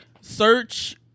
search